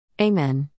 Amen